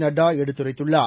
Nadda எடுத்துரைத்துள்ளார்